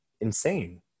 insane